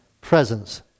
presence